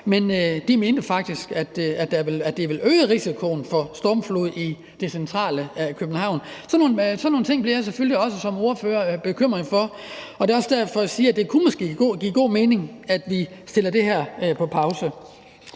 på der gør – faktisk mente, at det ville øge risikoen for stormflod i det centrale København. Sådan nogle ting bliver jeg selvfølgelig som ordfører også bekymret for, og det er også derfor, jeg siger, at det måske kunne give god mening, at vi sætter det her på pause.